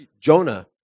Jonah